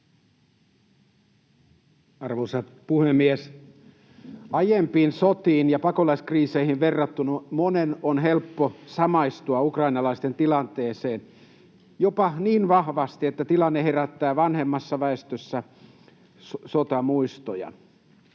Arvoisa puhemies! Aiempiin sotiin ja pakolaiskriiseihin verrattuna monen on helppo samaistua ukrainalaisten tilanteeseen jopa niin vahvasti, että tilanne herättää vanhemmassa väestössä sotamuistoja,